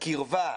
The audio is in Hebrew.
את הקרבה,